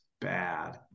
bad